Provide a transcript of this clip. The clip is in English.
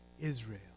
Israel